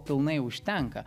pilnai užtenka